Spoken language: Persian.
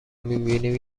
میبینیم